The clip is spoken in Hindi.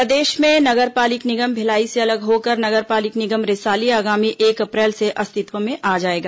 नपानि रिसाली प्रदेश में नगर पालिक निगम भिलाई से अलग होकर नगर पालिक निगम रिसाली आगामी एक अप्रैल से अस्तित्व में आ जाएगा